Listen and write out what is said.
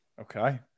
Okay